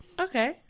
okay